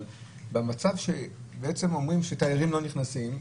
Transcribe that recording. אבל אם אומרים שתיירים לא נכנסים,